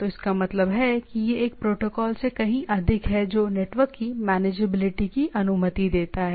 तो इसका मतलब है कि यह एक प्रोटोकॉल से कहीं अधिक है जो नेटवर्क की मेनेजेबिलिटी की अनुमति देता है